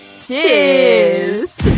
cheers